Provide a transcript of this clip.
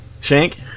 Shank